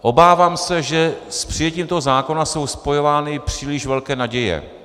Obávám se, že s přijetím toho zákona jsou spojovány příliš velké naděje.